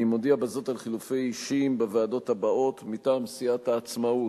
אני מודיע בזאת על חילופי אישים בוועדות האלה: מטעם סיעת העצמאות,